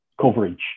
coverage